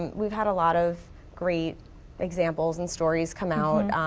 we've had a lot of great examples and stories come out.